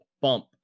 bump